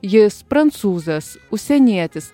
jis prancūzas užsienietis